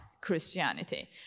Christianity